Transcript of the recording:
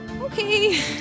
Okay